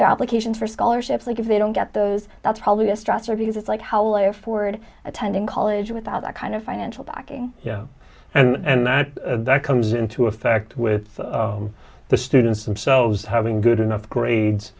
the application for scholarships like if they don't get those that's probably a stressor because it's like hello forward attending college without that kind of financial backing and that that comes into effect with the students themselves having good enough grades